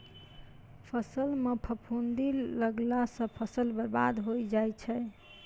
फसल म फफूंदी लगला सँ फसल बर्बाद होय जाय छै